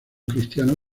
cristiano